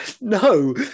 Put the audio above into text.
No